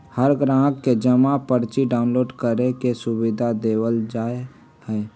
हर ग्राहक के जमा पर्ची डाउनलोड करे के सुविधा देवल जा हई